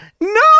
No